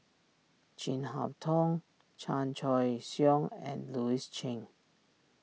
Chin Harn Tong Chan Choy Siong and Louis Chen